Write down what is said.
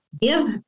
give